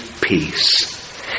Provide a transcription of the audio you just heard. peace